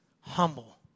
humble